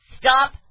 stop